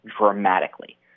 dramatically